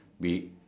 be